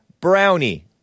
Brownie